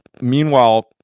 meanwhile